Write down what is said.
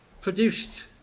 produced